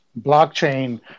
blockchain